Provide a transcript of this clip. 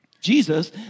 Jesus